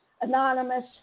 anonymous